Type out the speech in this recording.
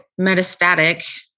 metastatic